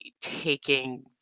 taking